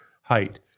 height